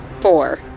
four